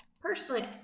personally